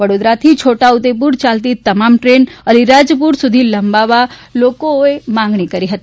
વડોદરાથી છોટાઉદેપુર ચાલતી તમામ ટ્રેન અલિરાજપુર સુધી લંબાવવા લોકોએ માંગણી કરી છે